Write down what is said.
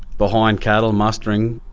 behind cattle, mustering,